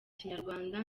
kinyarwanda